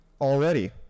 already